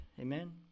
Amen